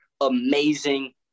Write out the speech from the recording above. amazing